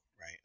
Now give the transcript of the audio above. right